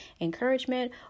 encouragement